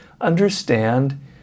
understand